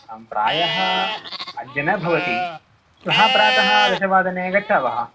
अहं प्रायः अद्य न भवति श्वः प्रातः दशवादने गच्छावः